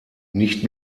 nicht